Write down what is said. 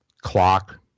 clock